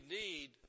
need